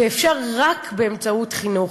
ואפשר רק באמצעות חינוך.